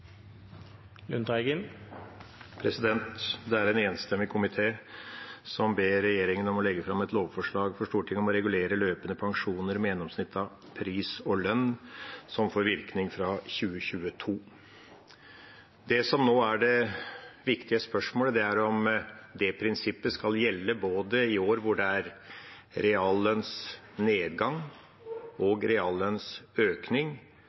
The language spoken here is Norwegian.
en enstemmig komité som ber regjeringa om å legge fram et lovforslag for Stortinget om å regulere løpende pensjoner med gjennomsnitt av pris og lønn, som skal få virkning fra 2022. Det som nå er det viktige spørsmålet, er om det prinsippet skal gjelde både i år hvor det er reallønnsnedgang